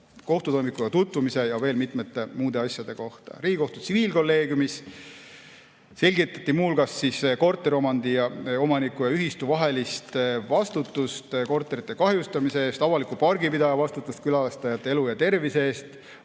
kohtutoimikuga tutvumise ja veel mitmete muude asjade kohta. Riigikohtu tsiviilkolleegiumis selgitati muu hulgas korteriomaniku ja ‑ühistu vastutust korterite kahjustamise eest, avaliku pargi pidaja vastutust külastajate elu ja tervise eest,